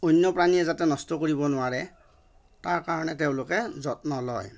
অন্য প্ৰাণীয়ে যাতে নষ্ট কৰিব নোৱাৰে তাৰ কাৰণে তেওঁলোকে যত্ন লয়